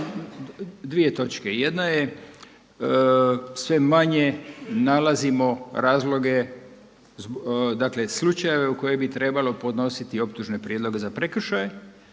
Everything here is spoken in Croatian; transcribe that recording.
dvije točke, jedna je sve manje nalazimo razloge, dakle slučajeve u koje bi trebalo podnositi optužne prijedloge za prekršaje